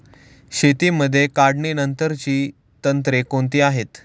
शेतीमध्ये काढणीनंतरची तंत्रे कोणती आहेत?